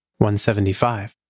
175